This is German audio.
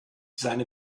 seine